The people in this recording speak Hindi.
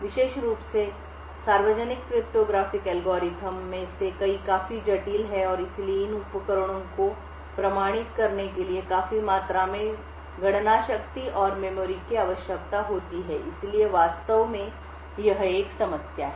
विशेष रूप से सार्वजनिक क्रिप्टोग्राफ़िक एल्गोरिदम में से कई काफी जटिल हैं और इसलिए इन उपकरणों को प्रमाणित करने के लिए काफी मात्रा में गणना शक्ति और मेमोरी की आवश्यकता होती है इसलिए वास्तव में एक समस्या है